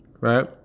Right